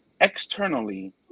externally